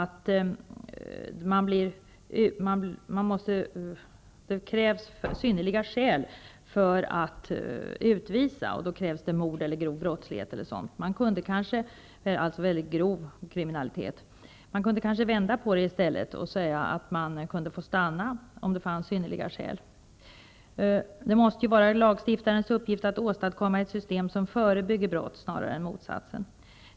I dag krävs ju synnerliga skäl för att en utlänning skall utvisas, exempelvis mord eller grov brottslighet, dvs. att det är fråga om mycket grov kriminalitet. Man kunde kanske vända på det i stället och säga att flyktingen kan få stanna om det finns synnerliga skäl. Det måste ju vara lagstiftarnas uppgift att åstadkomma ett system som förebygger brott snarare än motsatsen.